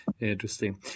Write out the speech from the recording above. Interesting